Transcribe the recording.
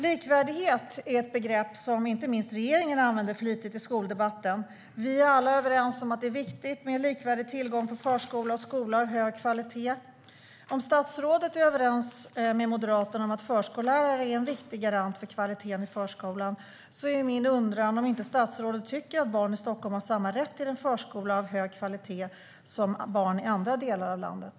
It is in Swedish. Likvärdighet är ett begrepp som inte minst regeringen använder flitigt i skoldebatten. Vi är alla överens om att det är viktigt med likvärdig tillgång på förskola och skola av hög kvalitet. Om statsrådet är överens med Moderaterna om att förskollärare är en viktig garant för kvaliteten i förskolan är min undran: Tycker inte statsrådet att barn i Stockholm har samma rätt till en förskola av hög kvalitet som barn i andra delar av landet?